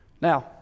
Now